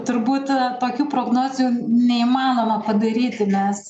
turbūt tokių prognozių neįmanoma padaryti nes